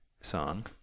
song